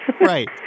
Right